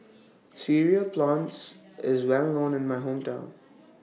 Cereal Prawns IS Well known in My Hometown